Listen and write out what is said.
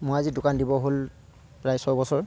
মই আজি দোকোন দিবৰ হ'ল প্ৰায় ছবছৰ